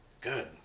good